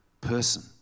person